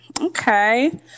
Okay